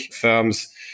firms